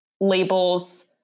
labels